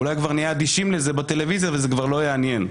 אולי כבר נהיה אדישים לזה בטלוויזיה וזה כבר לא יעניין.